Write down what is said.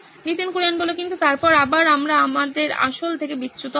নীতিন কুরিয়ান কিন্তু তারপর আবার আমরা আমাদের আসল থেকে বিচ্যুত হব